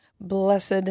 blessed